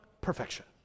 perfection